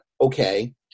okay